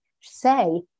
say